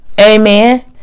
Amen